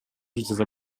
жаза